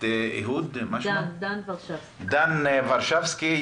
אני מבקש להעלות את דן ורשבסקי,